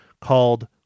called